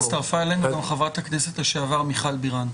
הצטרפה אלינו גם חברת הכנסת לשעבר מיכל בירן.